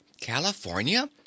california